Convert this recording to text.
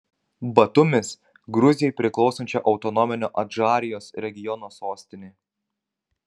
batumis gruzijai priklausančio autonominio adžarijos regiono sostinė